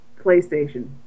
PlayStation